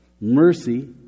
mercy